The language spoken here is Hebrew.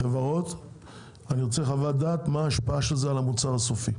לחברות אני רוצה חוות דעת מה ההשפעה של זה על המחיר של המוצר הסופי